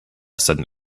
sudden